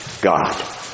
God